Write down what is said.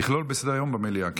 לכלול בסדר-היום במליאה.